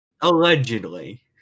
Allegedly